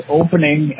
opening